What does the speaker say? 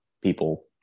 people